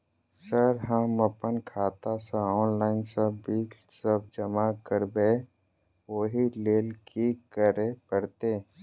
Sir हम अप्पन खाता सऽ ऑनलाइन सऽ बिल सब जमा करबैई ओई लैल की करऽ परतै?